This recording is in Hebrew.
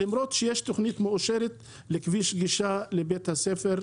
למרות שיש תכנית מאושרת לכביש גישה לבית הספר,